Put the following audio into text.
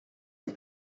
een